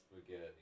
spaghetti